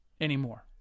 anymore